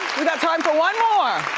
we got time for one more!